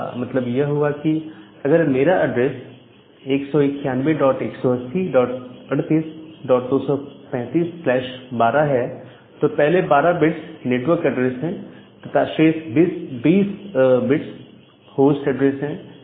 इसका मतलब यह हुआ कि अगर मेरा एड्रेस 1911803823512 है तो पहले 12 बिट्स नेटवर्क एड्रेस है तथा शेष 20 बिट्स होस्ट एड्रेस है